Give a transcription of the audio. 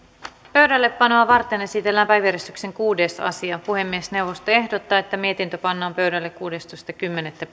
pöydällepanoa varten esitellään päiväjärjestyksen kuudes asia puhemiesneuvosto ehdottaa että mietintö pannaan pöydälle kuudestoista kymmenettä